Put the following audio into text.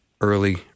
early